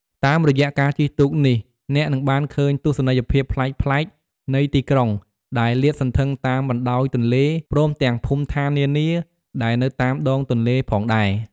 តាមរយៈការជិះទូកនេះ អ្នកនឹងបានឃើញទស្សនីយភាពប្លែកៗនៃទីក្រុងដែលលាតសន្ធឹងតាមបណ្ដោយទន្លេ ព្រមទាំងភូមិឋាននានាដែលនៅតាមដងទន្លេផងដែរ។